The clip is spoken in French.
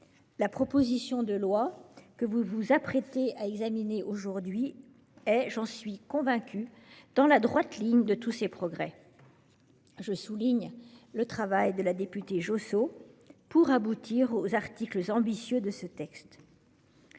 La proposition de loi que vous vous apprêtez à examiner aujourd'hui s'inscrit, j'en suis convaincue, dans le droit fil de tous ces progrès. Je salue le travail de la députée Sandrine Josso, qui a permis d'aboutir aux articles ambitieux de ce texte.